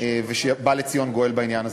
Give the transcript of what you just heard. ובא לציון גואל בעניין הזה.